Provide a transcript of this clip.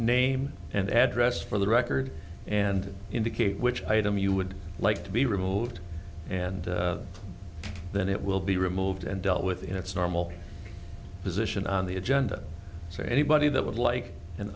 name and address for the record and indicate which item you would like to be removed and then it will be removed and dealt with in its normal position on the agenda so anybody that would like an